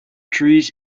trees